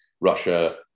Russia